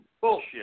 Bullshit